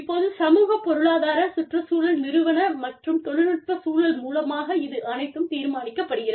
இப்போது சமூக பொருளாதார சுற்றுச்சூழல் நிறுவன மற்றும் தொழில்நுட்ப சூழல் மூலமாக இது அனைத்தும் தீர்மானிக்கப்படுகிறது